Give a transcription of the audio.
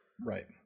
Right